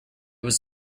was